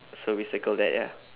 so we circle that ya